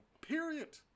Period